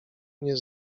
nie